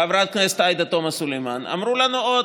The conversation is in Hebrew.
חברת הכנסת עאידה תומא סלימאן, אמרו לנו עוד: